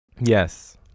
Yes